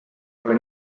pole